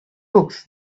books